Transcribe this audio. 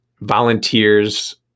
volunteers